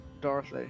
Dorothy